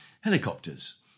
helicopters